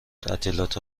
تعطیلات